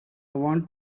want